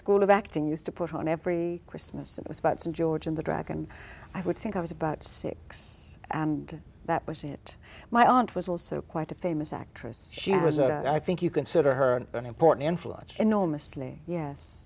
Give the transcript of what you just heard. school of acting used to put on every christmas it was about some george and the dragon i would think i was about six and that was it my aunt was also quite a famous actress she was a i think you consider her an important influence enormously yes